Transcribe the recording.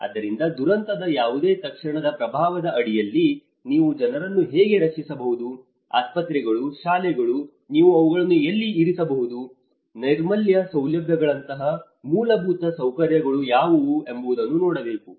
ಆದ್ದರಿಂದ ದುರಂತದ ಯಾವುದೇ ತಕ್ಷಣದ ಪ್ರಭಾವದ ಅಡಿಯಲ್ಲಿ ನೀವು ಜನರನ್ನು ಹೇಗೆ ರಕ್ಷಿಸಬಹುದು ಆಸ್ಪತ್ರೆಗಳು ಶಾಲೆಗಳು ನೀವು ಅವುಗಳನ್ನು ಎಲ್ಲಿ ಇರಿಸಬಹುದು ನೈರ್ಮಲ್ಯ ಸೌಲಭ್ಯಗಳಂತಹ ಮೂಲಭೂತ ಸೌಕರ್ಯಗಳು ಯಾವುವು ಎಂಬುದನ್ನು ನೋಡಬೇಕು